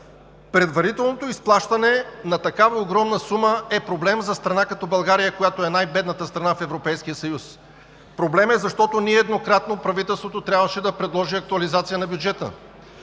Предварителното изплащане на такава огромна сума е проблем за страна като България, която е най-бедната страна в Европейския съюз. Проблем е, защото ние еднократно – правителството, трябваше да предложи актуализация на бюджета.